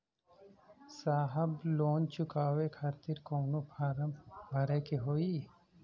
साहब लोन चुकावे खातिर कवनो फार्म भी भरे के होइ?